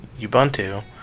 Ubuntu